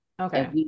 Okay